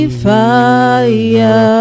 fire